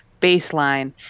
baseline